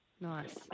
Nice